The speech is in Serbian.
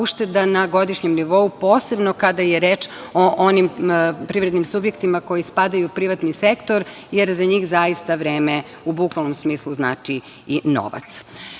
na godišnjem nivou, posebno kada je reč o onim privrednim subjektima koji spadaju u privatni sektor, jer za njih zaista vreme u bukvalnom smislu znači i